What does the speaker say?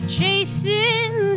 Chasing